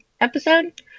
episode